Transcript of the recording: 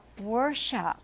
worship